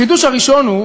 החידוש הראשון הוא